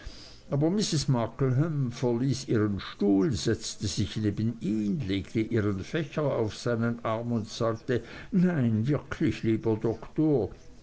aber mrs markleham verließ ihren stuhl setzte sich neben ihn legte ihren fächer auf seinen arm und sagte nein wirklich lieber doktor